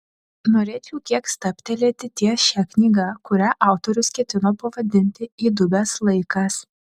norėčiau kiek stabtelėti ties šia knyga kurią autorius ketino pavadinti įdubęs laikas